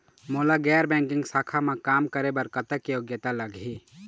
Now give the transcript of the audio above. मोला गैर बैंकिंग शाखा मा काम करे बर कतक योग्यता लगही?